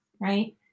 right